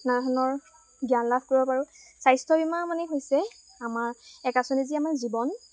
নানা ধৰণৰ জ্ঞান লাভ কৰিব পাৰোঁ স্বাস্থ্য বীমা মানে হৈছে আমাৰ এক আঁচনি যি আমাৰ জীৱন